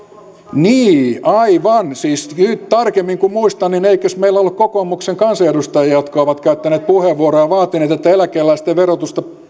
niin aivan siis nyt tarkemmin kun muistan eikös meillä ollut kokoomuksen kansanedustajia jotka ovat käyttäneet puheenvuoroja ja vaatineet että eläkeläisten